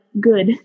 good